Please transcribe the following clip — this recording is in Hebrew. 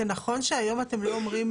זה נכון שהיום אתם לא אומרים,